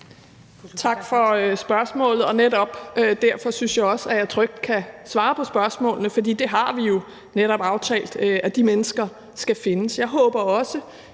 Tak for spørgsmålet. Netop derfor synes jeg også, at jeg trygt kan svare på spørgsmålet, for det har vi jo netop aftalt, nemlig at de mennesker skal findes.